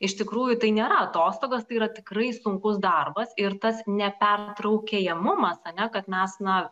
iš tikrųjų tai nėra atostogos tai yra tikrai sunkus darbas ir tas nepertraukėjamumas ane kad mes na